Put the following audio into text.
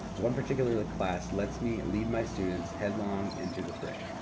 one particular class lets me lead my students headlong into the fray.